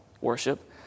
worship